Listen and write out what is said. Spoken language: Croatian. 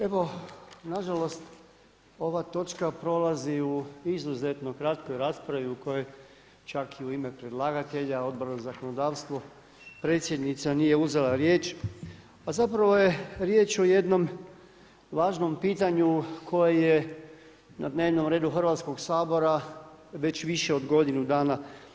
Evo nažalost ova točka prolazi u izuzetno kratkoj raspravi u kojoj čak i u ime predlagatelja Odbora za zakonodavstvo predsjednica nije uzela riječ, a zapravo je riječ o jednom važnom pitanju koje je na dnevnom redu Hrvatskog sabora već više od godinu dana.